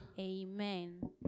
Amen